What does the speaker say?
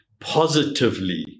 positively